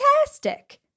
Fantastic